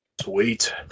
Sweet